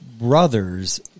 brothers